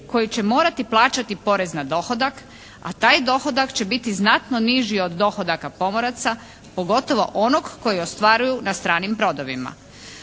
koji će morati plaćati porez na dohodak, a taj dohodak će biti znatno niži od dohodaka pomoraca, pogotovo onog koji ostvaruju na stranim brodovima.